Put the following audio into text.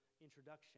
introduction